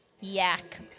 Yak